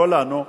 לא לנו,